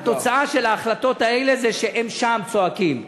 התוצאה של ההחלטות האלה זה שהם שם צועקים.